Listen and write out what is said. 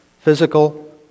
Physical